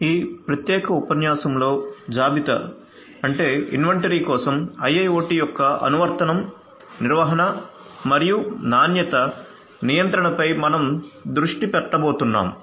ఈ ప్రత్యేక ఉపన్యాసంలో జాబితా కోసం IIoT యొక్క అనువర్తనం నిర్వహణ మరియు నాణ్యత నియంత్రణ పై మనం దృష్టి పెట్టబోతున్నాము